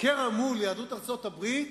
קרע מול יהדות ארצות-הברית,